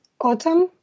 autumn